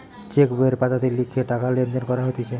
check বইয়ের পাতাতে লিখে টাকা লেনদেন করা হতিছে